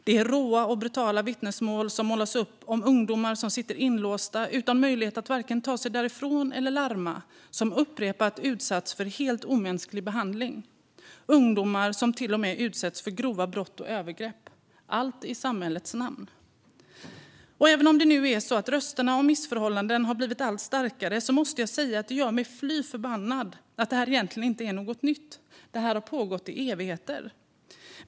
Det är råa och brutala vittnesmål som målas upp om ungdomar som sitter inlåsta utan möjlighet att vare sig ta sig därifrån eller larma och som upprepat utsatts för helt omänsklig behandling. Det är ungdomar som till och med utsätts för grova brott och övergrepp, allt i samhällets namn. Även om det nu är så att rösterna om missförhållanden har blivit allt starkare måste jag säga att det gör mig fly förbannad att det här egentligen inte är något nytt. Det har pågått i evigheter.